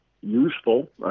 useful